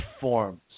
forms